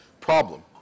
Problem